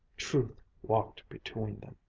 truth walked between them.